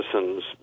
citizens